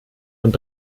und